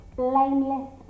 blameless